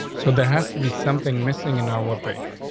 so there has to be something missing in our page.